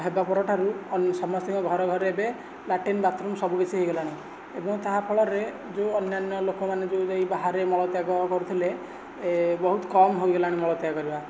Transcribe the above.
ହେବା ପରଠାରୁ ସମସ୍ତଙ୍କ ଘରେ ଘରେ ଏବେ ଲାଟ୍ରିନ ବାଥରୁମ ସବୁକିଛି ହୋଇଗଲାଣି ଏବଂ ତାହା ଫଳରେ ଯେଉଁ ଅନ୍ୟାନ୍ୟ ଲୋକମାନେ ଯେଉଁ ଯାଇ ବାହାରେ ମଳତ୍ୟାଗ କରୁଥିଲେ ବହୁତ କମ ହୋଇଗଲାଣି ମଳତ୍ୟାଗ କରିବା